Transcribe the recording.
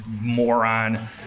moron